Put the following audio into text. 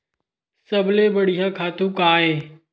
सबले बढ़िया खातु का हे?